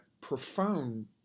profound